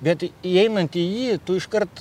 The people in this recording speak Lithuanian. bet įeinant į jį tu iškart